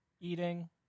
eating